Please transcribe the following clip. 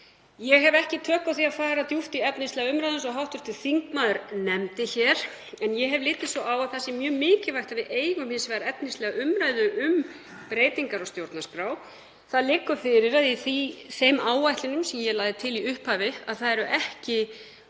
Ég hef ekki tök á því að fara djúpt í efnislega umræðu, eins og hv. þingmaður nefndi hér. En ég hef litið svo á að það sé mjög mikilvægt að við eigum hins vegar efnislega umræðu um breytingar á stjórnarskrá. Það liggur fyrir að í þeim áætlunum sem ég lagði til í upphafi eru ekki